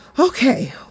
Okay